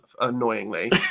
annoyingly